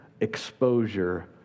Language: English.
exposure